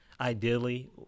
ideally